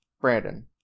Brandon